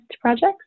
projects